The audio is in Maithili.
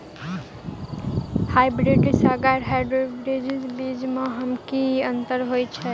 हायब्रिडस आ गैर हायब्रिडस बीज म की अंतर होइ अछि?